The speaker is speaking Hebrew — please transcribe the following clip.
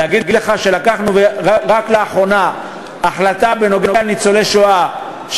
להגיד לך שקיבלנו רק לאחרונה החלטה בנוגע לניצולי השואה,